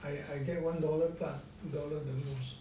I I get one dollar plus two dollar the most